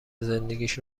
زندگیش